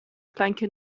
kleinkind